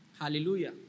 Hallelujah